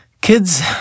Kids